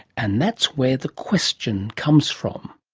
and that's where the question comes from.